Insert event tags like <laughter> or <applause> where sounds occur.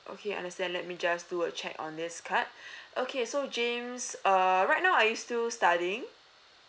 okay understand let me just do a check on this card <breath> okay so james err right now are you still studying